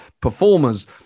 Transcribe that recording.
performers